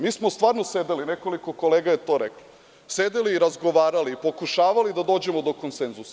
Mi smo stvarno sedeli, nekoliko kolega je to reklo, sedeli i razgovarali i pokušavali da dođemo do konsenzusa.